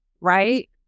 Right